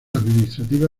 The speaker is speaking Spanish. administrativa